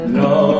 no